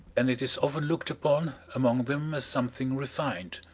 and it is often looked upon among them as something refined,